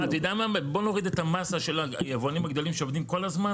בוא נוריד את המסה של היבואנים הגדולים שעובדים כל הזמן